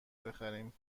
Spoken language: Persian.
بخریم